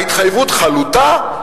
ההתחייבות חלוטה.